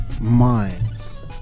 Minds